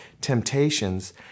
temptations